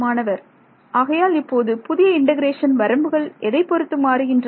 மாணவர் ஆகையால் இப்போது புதிய இன்டெகிரேஷன் வரம்புகள் எதைப் பொறுத்து மாறுகின்றன